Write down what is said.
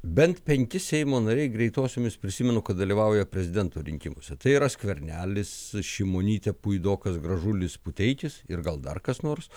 bent penki seimo nariai greitosiomis prisimenu kad dalyvauja prezidento rinkimuose tai yra skvernelis šimonytė puidokas gražulis puteikis ir gal dar kas nors